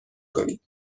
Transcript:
کنید